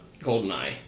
Goldeneye